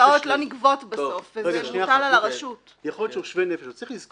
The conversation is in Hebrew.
יכול להיות שהוא שווה נפש לזה.